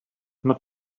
not